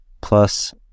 Plus